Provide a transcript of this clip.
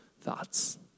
thoughts